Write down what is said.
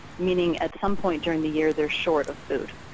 meaning at some point during the year they're short of food.